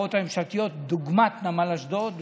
בחברות הממשלתיות דוגמת נמל אשדוד,